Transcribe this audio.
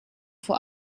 vor